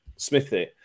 Smithy